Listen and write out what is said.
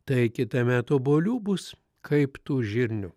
tai kitąmet obuolių bus kaip tų žirnių